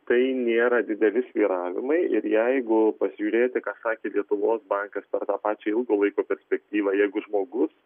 tai nėra dideli svyravimai ir jeigu pažiūrėti ką sakė lietuvos bankas per tą pačią ilgo laiko perspektyvą jeigu žmogus